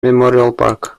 park